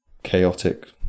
chaotic